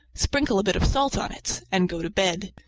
sprinkle a bit of salt on it, and go to bed.